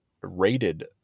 rated